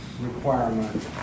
requirement